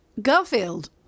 Garfield